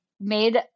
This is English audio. made